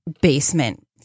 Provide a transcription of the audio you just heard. basement